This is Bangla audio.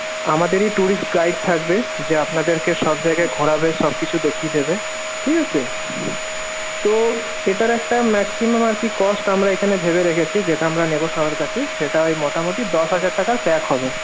আমাদেরই ট্যুরিস্ট গাইড থাকবে যে আপনাদেরকে সব জায়গায় ঘোরাবে সবকিছু দেখিয়ে দেবে ঠিক আছে তো এটার একটা ম্যাক্সিমাম আর কি কস্ট আমরা এখানে ভেবে রেখেছি যেটা আমরা নেব সবার কাছে সেটা ওই মোটামোটি দশ হাজার টাকার প্যাক হবে